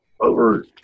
Over